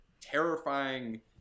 terrifying